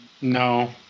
No